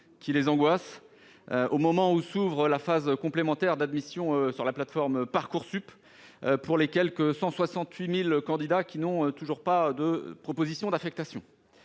qui les attendent, au moment où s'ouvre la phase complémentaire d'admission sur la plateforme Parcoursup pour les quelque 168 000 candidats qui n'ont toujours pas de proposition d'affectation.